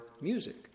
music